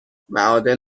معادن